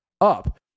up